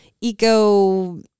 eco